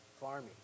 farming